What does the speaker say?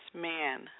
man